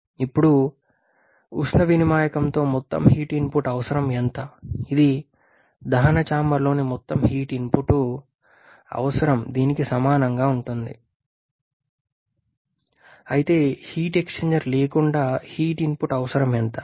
ఇప్పుడు ఉష్ణ వినిమాయకంతో మొత్తం హీట్ ఇన్పుట్ అవసరం ఎంత ఇది దహన చాంబర్లోని మొత్తం హీట్ ఇన్పుట్ అవసరం దీనికి సమానంగా ఉంటుంది అయితే హీట్ ఎక్స్ఛేంజర్ లేకుండా హీట్ ఇన్పుట్ అవసరం ఎంత